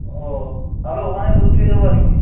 ও তাহলে ওখানেই ভর্তি হয়ে যাবো আর কি